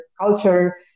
culture